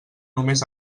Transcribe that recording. només